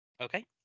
Okay